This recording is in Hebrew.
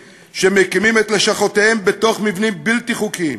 שמקימים את לשכותיהם בתוך מבנים בלתי חוקיים,